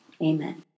Amen